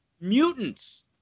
mutants